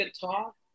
talk